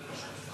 דברי.